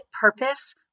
purpose